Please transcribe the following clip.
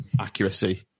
accuracy